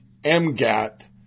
MGAT